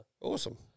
Awesome